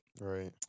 right